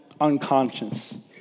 unconscious